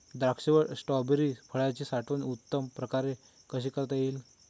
द्राक्ष व स्ट्रॉबेरी फळाची साठवण उत्तम प्रकारे कशी करता येईल?